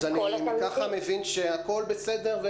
אם כך אני מבין שהכול בסדר,